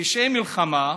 לפשעי מלחמה,